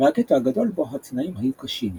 והגטו הגדול בו התנאים היו קשים יותר.